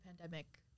Pandemic